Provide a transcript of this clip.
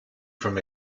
from